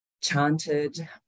chanted